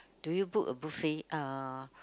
do you book a buffet uh